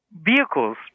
vehicles